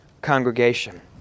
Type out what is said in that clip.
congregation